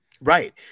Right